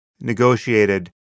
negotiated